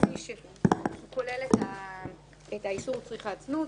כפי שהוא כולל את איסור צריכת הזנות